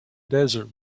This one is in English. desert